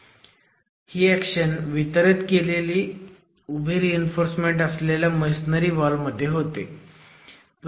आणि ही ऍक्शन वितरीत केलेली उभी रीइन्फोर्समेंट असलेल्या मेसोनरी वॉल मध्ये होते